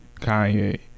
Kanye